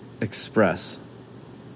express